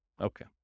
Okay